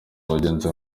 wagenze